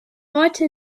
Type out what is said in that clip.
heute